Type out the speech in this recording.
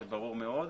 זה ברור מאוד,